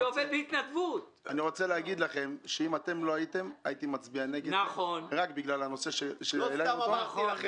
אם לא הייתם הייתי מצביע נגד רק בגלל הנושא שהעלינו פה.